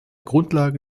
grundlage